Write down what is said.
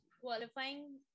qualifying